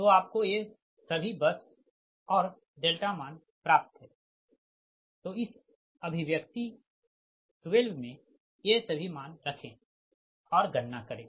तो आपको ये सभी बस और डेल्टा मान प्राप्त है तो इस अभिव्यक्ति 12 में ये सभी मान रखें और गणना करें